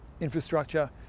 infrastructure